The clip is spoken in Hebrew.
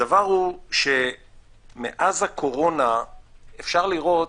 מאז הקורונה אפשר לראות,